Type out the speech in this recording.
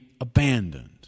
abandoned